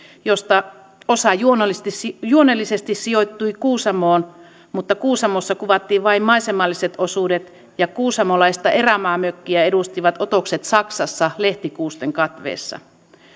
josta osa juonellisesti sijoittui kuusamoon mutta kuusamossa kuvattiin vain maisemalliset osuudet ja kuusamolaista erämaamökkiä edustivat otokset saksassa lehtikuusten katveessa